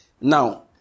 Now